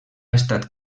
estat